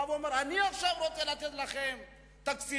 ובא ואומר: אני עכשיו רוצה לתת לכם תקציבים,